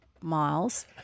Miles